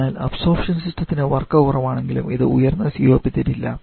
അതിനാൽ അബ്സോർപ്ഷൻ സിസ്റ്റത്തിന് വർക്ക് കുറവാണെങ്കിലും ഇത് ഉയർന്ന COP തരില്ല